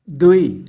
ଦୁଇ